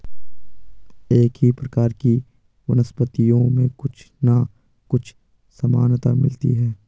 एक ही प्रकार की वनस्पतियों में कुछ ना कुछ समानता मिलती है